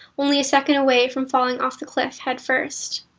only a second away from falling off the cliff headfirst.